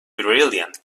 brilliant